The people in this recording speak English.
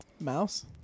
Mouse